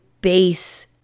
base